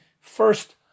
first